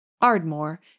Ardmore